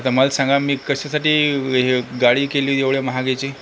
आता मला सांगा मी कशासाठी हे गाडी केली एवढ्या महागाची